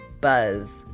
buzz